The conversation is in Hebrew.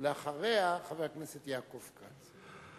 אחריה, חבר הכנסת יעקב כץ.